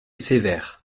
sévères